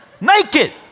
naked